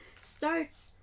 starts